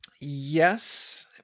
Yes